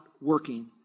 working